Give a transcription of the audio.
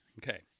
okay